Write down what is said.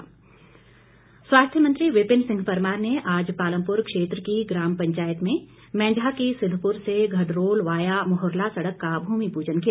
स्वास्थ्य मंत्री स्वास्थ्य मंत्री विपिन सिंह परमार ने आज पालमपुर क्षेत्र के ग्राम पंचायत में मैंझा की सिद्धपुर से घडरोल वया मोहरला सड़क का भूमि पूजन किया